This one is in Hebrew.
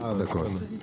עשר דקות.